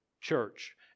church